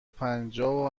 پنجاه